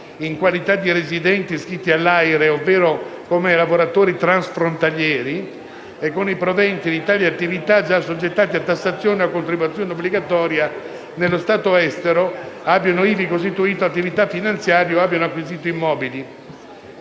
in qualità di residenti iscritti all'AIRE ovvero come lavoratori transfrontalieri, e con i proventi di tali attività, già assoggettata a tassazione e contribuzione obbligatoria nello Stato estero, abbiano ivi costituito attività finanziarie o abbiamo acquisito immobili.